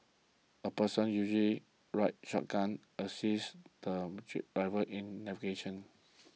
a person usually rides shotgun assists the driver in navigation